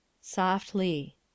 Softly